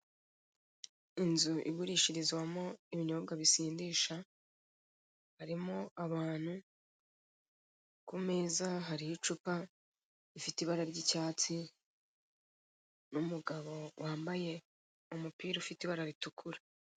Inzu igurishirizwamo ibinyobwa bisindisha, harimo abantu ku meza hariho icupa rifite ibara ry'icyatsi, n'umugabo wambaye umupira ufite ibara ritukura.